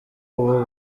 ubu